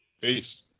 Peace